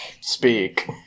Speak